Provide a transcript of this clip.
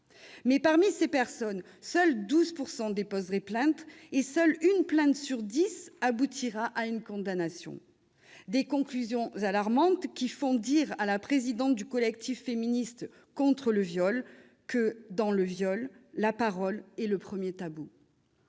Mais, parmi ces personnes, 12 % seulement déposent plainte et seule une plainte sur dix aboutira à une condamnation. Ces données alarmantes font dire à la présidente du Collectif féministe contre le viol que, « dans le viol, la parole est le premier tabou